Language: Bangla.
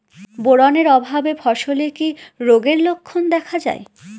বোরন এর অভাবে ফসলে কি রোগের লক্ষণ দেখা যায়?